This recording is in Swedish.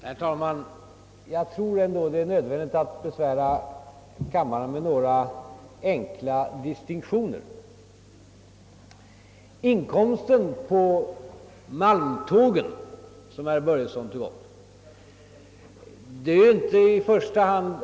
Herr talman! Jag tror att det är nödvändigt att besvära kammaren med en enkel distinktion. Herr Börjesson i Falköping nämnde inkomsterna på malmtransporterna.